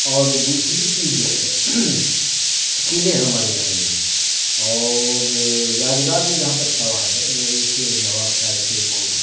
اور دوسری چیز جو ہے قلعے ہمارے یہاں نہیں ہیں اور یادگار میں جہاں تک سوال ہے وہ ایک نواب صاحب تھے بہت